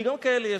כי גם כאלה יש,